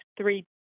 three